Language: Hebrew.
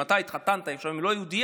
אם אתה התחתנת עם אישה לא יהודייה,